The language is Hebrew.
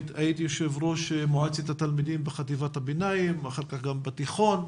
הייתי יו"ר מועצת התלמידים בחטיבת הביניים ואחר כך גם בתיכון,